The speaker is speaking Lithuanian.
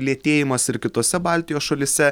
lėtėjimas ir kitose baltijos šalyse